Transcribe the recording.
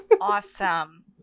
awesome